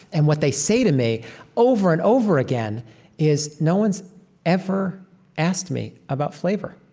and what they say to me over and over again is, no one's ever asked me about flavor.